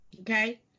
Okay